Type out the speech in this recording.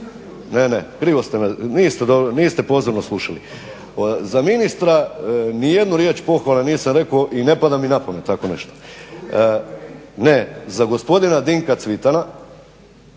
sam o ministru, niste pozorno slušali. Za ministra ni jednu riječ pohvale nisam rekao i ne pada mi na pamet tako nešto. Ne, za gospodina Dinka Cvitana,